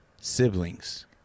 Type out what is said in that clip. siblings